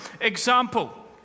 Example